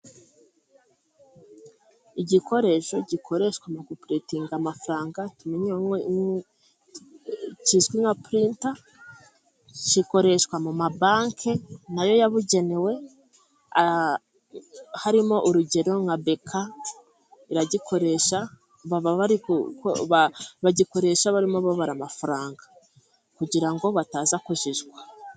Igikoresho gikoreshwa mu gupurintinga amafaranga tumenyereye, kizwi nka Purinta, gikoreshwa mu mabanki na yo yabugenewe, harimo urugero nka Beka iragikoresha, bagikoresha barimo babara amafaranga kugira ngo bataza kujijwa.